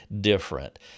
different